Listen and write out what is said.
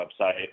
website